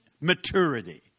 maturity